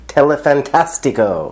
Telefantastico